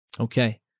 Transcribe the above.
Okay